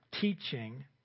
teaching